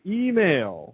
email